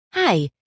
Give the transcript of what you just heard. Hi